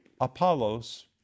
Apollos